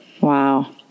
Wow